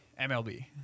MLB